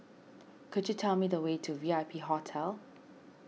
could you tell me the way to V I P Hotel